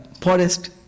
forest